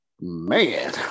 man